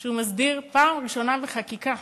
שהוא מסדיר פעם ראשונה בחקיקה